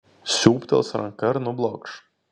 siūbtels ranka ir nublokš